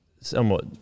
somewhat